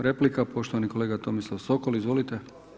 Replika, poštovani kolega Tomislav Sokol, izvolite.